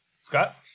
Scott